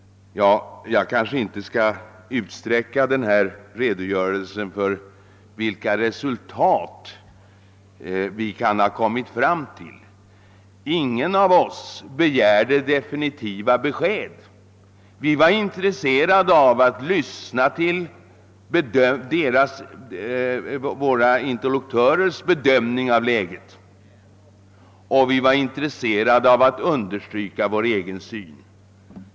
Jag kanske inte skall längre utsträcka denna redogörelse för vilka resultat vi kan ha kommit fram till. Ingen av oss begärde definitiva besked. Vi var intresserade av att lyssna till våra interlokutörers bedömning av läget, och vi var intresserade av att utveckla vår egen syn på saken.